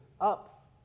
up